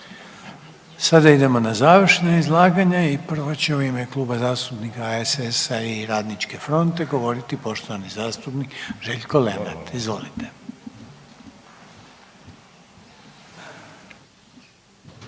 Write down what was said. Sada idemo na završna izlaganja i prva će u ime Kluba zastupnika HSS-a i Radničke fronte govoriti poštovani zastupnik Željko Lenart. Izvolite.